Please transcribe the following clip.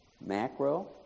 macro